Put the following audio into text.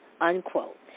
unquote